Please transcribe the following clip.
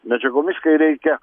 medžiagomis kai reikia